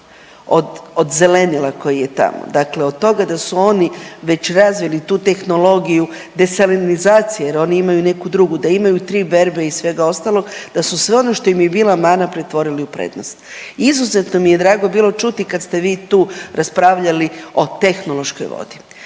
od zelenila koje je tamo, dakle od toga da su oni već razvili tu tehnologiju desalinizacije jer oni imaju neku drugu, da imaju tri berbe i svega ostalog, da su sve ono što im je bila mana pretvorili u prednost. Izuzetno mi je bilo drago čuti kad ste vi tu raspravljali o tehnološkoj vodi.